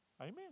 Amen